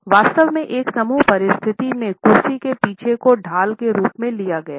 वास्तव मेंएक समूह परिस्थिति में कुर्सी के पीछे को ढाल के रूप में लिया गया है